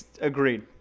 Agreed